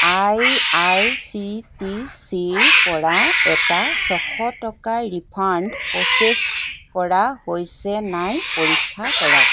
আই R C T C ৰ পৰা এটা ছশ টকাৰ ৰিফাণ্ড প্ৰ'চেছ কৰা হৈছে নাই পৰীক্ষা কৰক